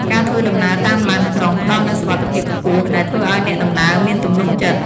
ការធ្វើដំណើរតាមឡានក្រុងផ្តល់នូវសុវត្ថិភាពខ្ពស់ដែលធ្វើឱ្យអ្នកដំណើរមានទំនុកចិត្ត។